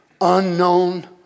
unknown